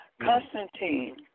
Constantine